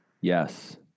Yes